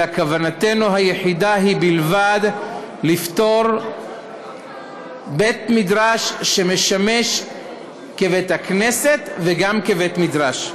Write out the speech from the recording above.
אלא כוונתנו היחידה היא לפטור בית-מדרש שמשמש כבית-הכנסת וגם כבית-מדרש.